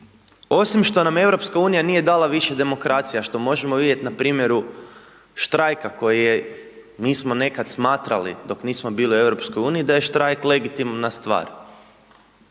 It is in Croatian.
osim što nam EU nije dala više demokracija, što možemo vidjeti na primjeru štrajka koji je, mi smo nekada smatrali dok nismo bili u EU, da je štrajk legitimna stvar.